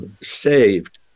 saved